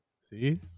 See